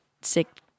sick